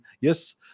yes